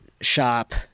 shop